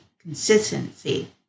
consistency